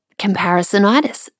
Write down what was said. comparisonitis